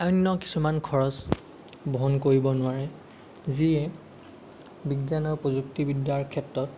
অন্য কিছুমান খৰছ বহন কৰিব নোৱাৰে যিয়ে বিজ্ঞান আৰু প্ৰযুক্তিবিদ্যাৰ ক্ষেত্ৰত